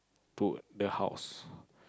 to the house